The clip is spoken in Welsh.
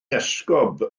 esgob